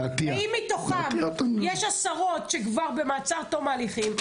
יש עשרות שכבר במעצר תום הליכים,